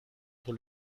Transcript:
pour